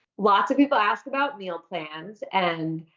lots of people ask about meal plans, and,